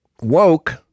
woke